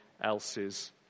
else's